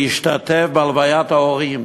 להשתתף בהלוויית ההורים